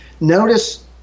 Notice